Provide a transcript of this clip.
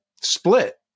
split